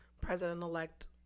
President-elect